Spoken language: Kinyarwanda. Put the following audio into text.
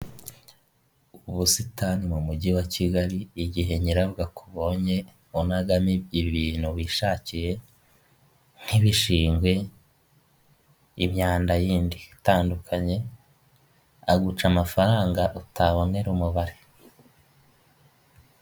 Ubusitani mu mujyi wa kigali igihe nyirabwo akubonye unagamo ibintu wishakiye nk'ibishingwe, imyanda yindi itandukanye, aguca amafaranga utabonera umubare.